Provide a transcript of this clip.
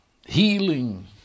healing